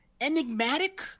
enigmatic